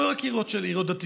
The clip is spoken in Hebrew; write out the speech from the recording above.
לא רק עיריות דתיות.